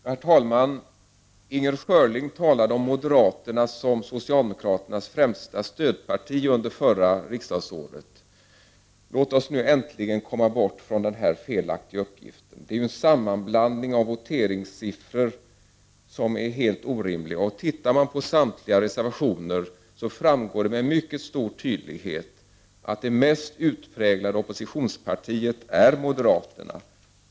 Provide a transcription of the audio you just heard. Herr talman! Inger Schörling talade om moderaterna som socialdemokraternas främsta stödparti under förra riksdagsåret. Låt oss nu äntligen komma bort från den felaktiga uppgiften! Det är ju en sammanblandning av voteringssiffror som är helt orimlig. Tittar man på samtliga reservationer, framgår det med mycket stor tydlighet att det mest utpräglade oppositionspartiet är moderaterna.